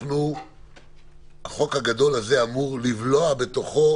שהחוק הגדול הזה יבלע בתוכו